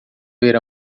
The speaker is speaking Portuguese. ver